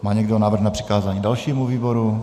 Má někdo návrh na přikázání dalšímu výboru?